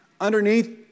underneath